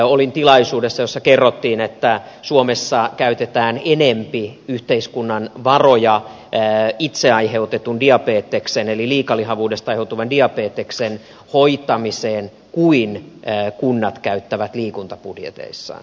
olin tilaisuudessa jossa kerrottiin että suomessa käytetään enemmän yhteiskunnan varoja itse aiheutetun diabeteksen eli liikalihavuudesta aiheutuvan diabeteksen hoitamiseen kuin kunnat käyttävät liikuntabudjeteissaan